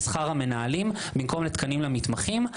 לשכר המנהלים במקום לתקנים למתמחים,